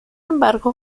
embargo